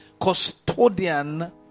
custodian